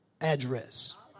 address